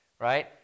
right